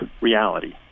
reality